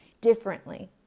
differently